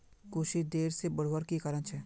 कुशी देर से बढ़वार की कारण छे?